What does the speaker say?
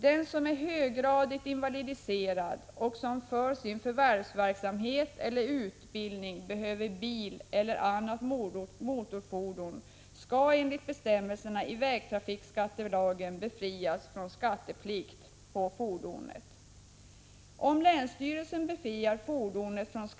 Den som är höggradigt invalidiserad och som för sin förvärvsverksamhet eller utbildning behöver bil eller annat motorfordon skall enligt bestämmelserna i vägtrafikskattelagen befrias från skatteplikt på fordonet.